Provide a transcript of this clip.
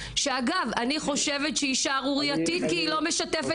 שאגב אני חושבת שהיא שערורייתית כי היא לא שיתפה